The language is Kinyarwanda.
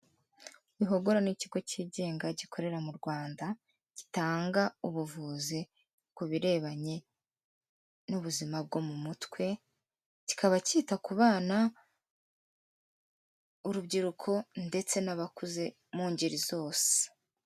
Wihogora ni ikigo cyigenga gikorera m'u Rwanda gitanga ubuvuzi ku birebanye n'ubuzima bwo mu mutwe, kikaba cyita ku bana, urubyiruko ndetse n'abakuze mu ngeri zose.